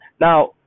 Now